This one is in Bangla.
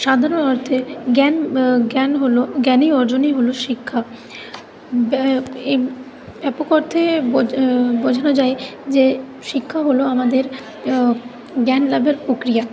সাধারণ অর্থে জ্ঞান জ্ঞান হলো জ্ঞানই অর্জনই হলো শিক্ষা ব্যা এই ব্যাপক অর্থে বো বোঝানো যায় যে শিক্ষা হলো আমাদের জ্ঞান লাভের পক্রিয়া